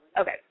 Okay